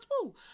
Woo